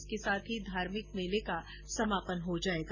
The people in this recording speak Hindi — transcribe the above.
इसके साथ ही धार्मिक मेले का समापन हो जाएगा